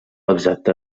exacte